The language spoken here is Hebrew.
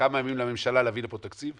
כמה ימים לממשלה להביא לפה תקציב?